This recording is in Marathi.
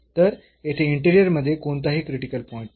तर येथे इंटेरिअर मध्ये कोणताही क्रिटिकल पॉईंट नाही